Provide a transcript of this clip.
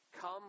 come